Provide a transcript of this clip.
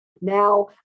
now